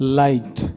light